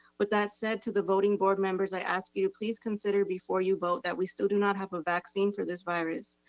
with that said, to the voting board members, i ask you to please consider before you vote that we still do not have a vaccine for this virus.